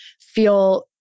feel